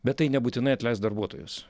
bet tai nebūtinai atleist darbuotojus